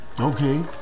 Okay